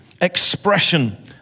expression